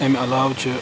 اَمہِ علاوٕ چھِ